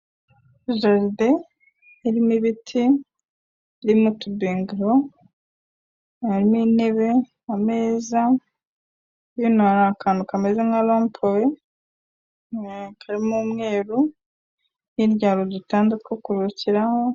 Jaride irimo ibiti, irimo utubingaro, harimo intebe, ameza, hino hari akantu kameze nka rompuwe, karimo umweru, hirya hari udutanda two kuruhukiraho...